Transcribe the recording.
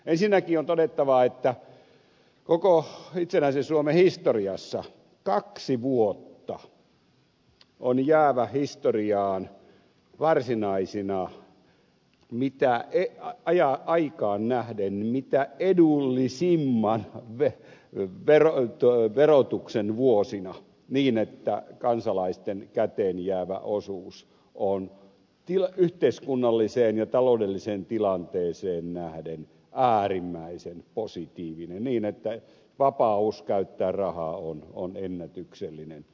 ensinnäkin on todettava että koko itsenäisen suomen historiassa kaksi vuotta on jäävä historiaan varsinaisina aikaansa nähden mitä edullisimman verotuksen vuosina niin että kansalaisten käteenjäävä osuus on yhteiskunnalliseen ja taloudelliseen tilanteeseen nähden äärimmäisen positiivinen niin että vapaus käyttää rahaa on ennätyksellinen